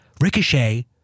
Ricochet